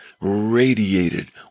radiated